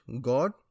God